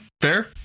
Fair